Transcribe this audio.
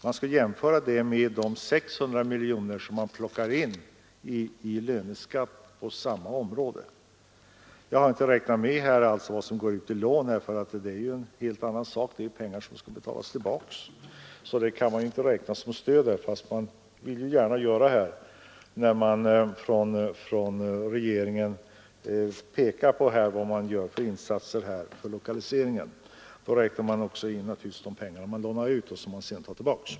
Man skall jämföra den summan med de 600 miljoner som man plockar in i löneskatt inom samma område. Jag har inte räknat med vad som går ut i lån — det är en helt annan sak, det är ju pengar som skall betalas tillbaka. Men när regeringen pekar på insatser för lokaliseringar vill man gärna räkna in också de pengar man lånar ut och som man sedan tar tillbaka.